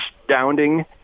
astounding